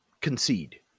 concede